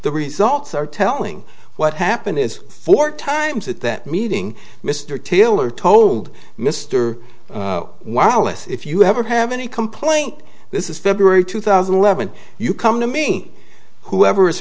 the results are telling what happened is four times at that meeting mr taylor told mr wireless if you have or have any complaint this is february two thousand and eleven you come to me whoever